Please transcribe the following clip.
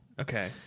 Okay